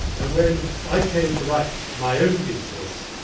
and when i came to write my own thesis,